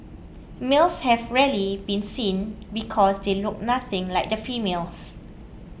males have rarely been seen because they look nothing like the females